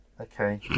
Okay